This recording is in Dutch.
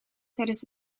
tijdens